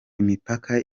imipaka